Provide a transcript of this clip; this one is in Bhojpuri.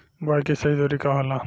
बुआई के सही दूरी का होला?